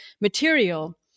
material